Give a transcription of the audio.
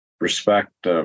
respect